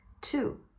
two